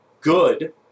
good